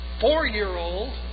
four-year-old